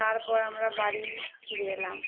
তারপর আমরা বাড়ি ফিরে এলাম